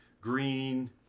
Green